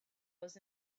was